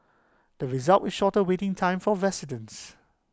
the result with shorter waiting time for residents